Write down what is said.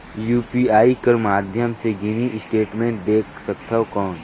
UPI कर माध्यम से मिनी स्टेटमेंट देख सकथव कौन?